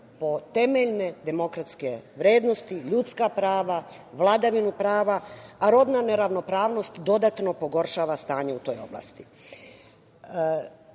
po temeljne demokratske vrednosti, ljudska prava, vladavinu prava, a robna neravnopravnost dodatno pogoršava stanje u toj